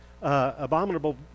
abominable